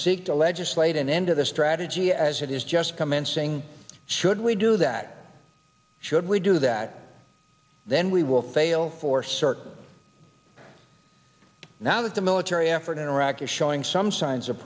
seek to legislate an end to the strategy as it is just come in saying should we do that should we do that then we will fail for certain now that the military effort in iraq is showing some signs of